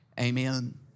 Amen